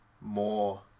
more